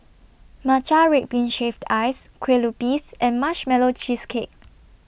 Matcha Red Bean Shaved Ice Kue Lupis and Marshmallow Cheesecake